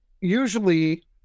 usually